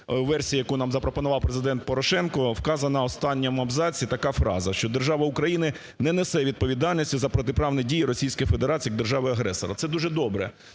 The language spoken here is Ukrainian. версії, яку нам запропонував Президент Порошенко, вказана в останньому абзаці така фраза, що держава Україна не несе відповідальності за протиправні дії Російської Федерації як держави-агресора. Це дуже добре.